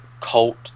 cult